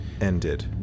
ended